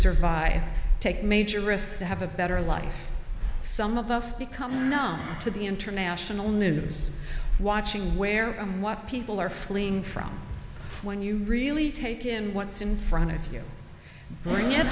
survive take major risks to have a better life some of us become numb to the international news watching where people are fleeing from when you really take him what's in front of you bring